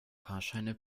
fahrscheine